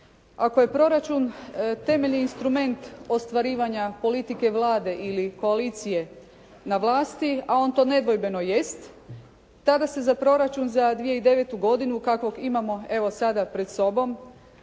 Ako je proračun temeljni instrument ostvarivanja politike Vlade ili koalicije na vlasti, a on to nedvojbeno jest, tada se za proračun za 2009. godinu kakvog imamo evo sada pred sobom,